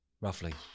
roughly